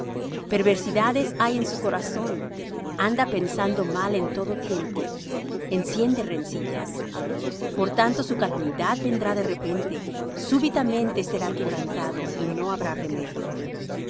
perversidades hay en su corazón anda pensando mal en todo tiempo enciende rencillas por tanto su calamidad vendrá de repente súbitamente será quebrantado y no habrá remedio